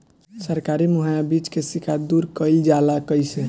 सरकारी मुहैया बीज के शिकायत दूर कईल जाला कईसे?